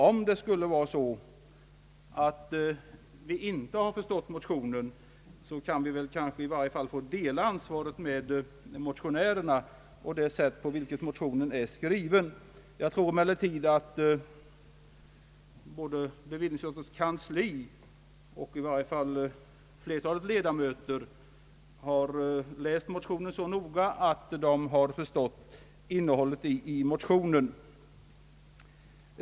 Om det skulle vara så att vi inte har förstått motionen, kan vi kanske i varje fall få dela ansvaret :med motionärerna, med anledning av det sätt på vilket motionen är skriven. Jag tror emellertid att både bevillningsutskottets kansli och flertalet ledamöter av utskottet har läst motionen så noga att de har förstått innehållet i den.